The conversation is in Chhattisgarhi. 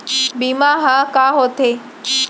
बीमा ह का होथे?